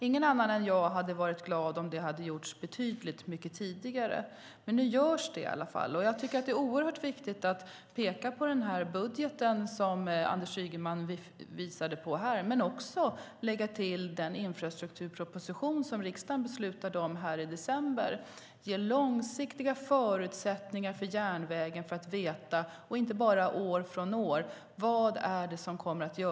Ingen hade varit gladare än jag om det hade gjorts betydligt mycket tidigare, men nu görs det i alla fall. Jag tycker att det är oerhört viktigt att peka på den här budgeten, som Anders Ygeman visade på, men också att lägga till den infrastrukturproposition som riksdagen beslutade om i december. Det ger långsiktiga förutsättningar för järnvägen. Det handlar om att veta, inte bara år från år, vad som kommer att göras.